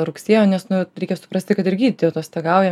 rugsėjo nes nu reikia suprasti kad ir gydytojai atostogauja